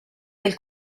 del